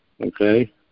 okay